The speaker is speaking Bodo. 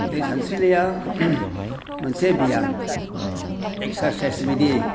दै सानस्रिनाया मोनसे बियाम एक्सारसाइस बायदि